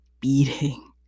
beating